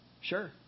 Sure